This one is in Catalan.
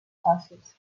fàcils